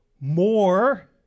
more